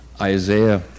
Isaiah